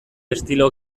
estilo